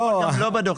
לא,